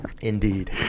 Indeed